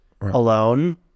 alone